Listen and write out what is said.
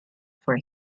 for